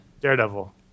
daredevil